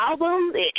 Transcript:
album